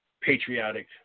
patriotic